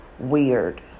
weird